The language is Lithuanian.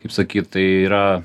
kaip sakyt tai yra